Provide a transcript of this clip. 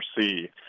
see